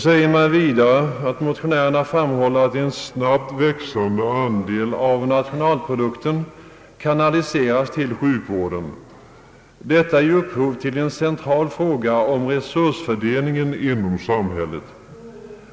Vidare framhåller motionärerna att en snabbt växande andel av nationalprodukten kanaliseras till sjukvården. Detta ger upphov till en central fråga om resursfördelningen inom samhället.